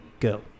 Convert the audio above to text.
go